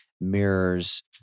mirrors